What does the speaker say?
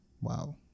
Wow